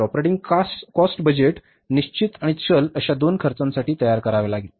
तर operating cost budget निश्चित आणि चल अश्या दोन्ही खर्चांसाठी तयार करावे लागेल